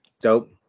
Dope